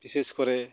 ᱵᱤᱥᱮᱥ ᱠᱚᱨᱮ